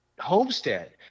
homestead